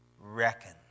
reckon